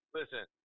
listen